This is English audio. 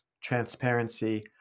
transparency